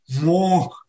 more